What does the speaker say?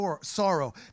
sorrow